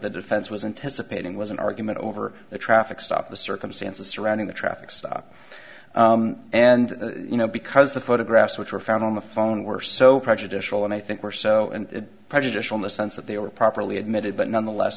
the defense was and tessa painting was an argument over a traffic stop the circumstances surrounding the traffic stop and you know because the photographs which were found on the phone were so prejudicial and i think we're so prejudicial in the sense that they were properly admitted but nonetheless